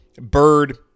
Bird